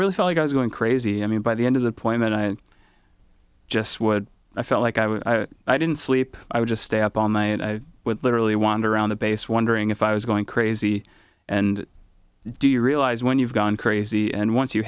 really felt like i was going crazy i mean by the end of the point i just would i felt like i was i didn't sleep i would just stay up all night i would literally wander around the base wondering if i was going crazy and do you realize when you've gone crazy and once you